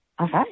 Okay